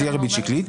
את תהיה ריבית שקלית,